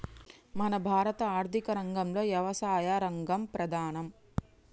మన భారత ఆర్థిక రంగంలో యవసాయ రంగం ప్రధానం